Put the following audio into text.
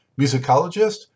musicologist